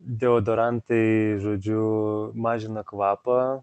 deodorantai žodžiu mažina kvapą